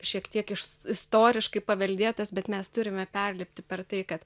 šiek tiek iš istoriškai paveldėtas bet mes turime perlipti per tai kad